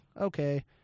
okay